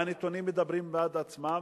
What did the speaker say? והנתונים מדברים בעד עצמם,